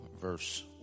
verse